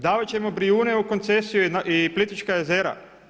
Davat ćemo Brijune u koncesiju i Plitvička jezera?